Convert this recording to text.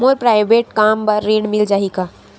मोर private कम बर ऋण मिल जाही का?